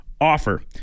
offer